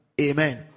Amen